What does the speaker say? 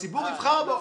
הציבור יבחר בו.